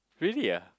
really ah